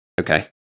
Okay